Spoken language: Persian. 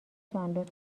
دانلود